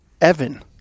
Evan